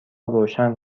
روشن